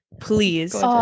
please